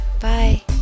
Bye